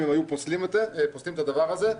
אם היו פוסלים את הדבר הזה.